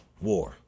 War